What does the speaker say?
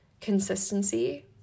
consistency